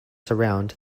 surround